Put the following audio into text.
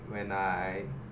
when I